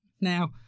Now